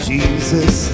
Jesus